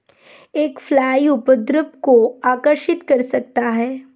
एक फ्लाई उपद्रव को आकर्षित कर सकता है?